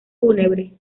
fúnebre